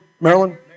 Maryland